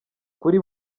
kuri